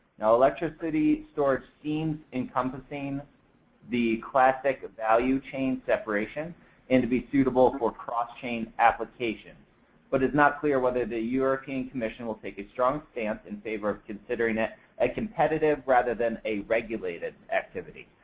now, electricity storage seen encompassing the classic value chain separation and be suitable for cross chain application but it's not clear whether the european commission will take a strong stand in favor of considering that a competitive rather than a regulated activity.